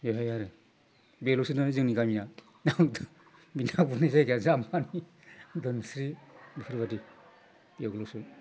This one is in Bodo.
बेहाय आरो बेल'सोना जोंनि गामिया आंथ' बे ना गुरनाय जायगाया जामफानि दोनस्रि बेफोरबायदि बेवल'सो